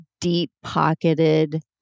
deep-pocketed